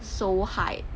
so hard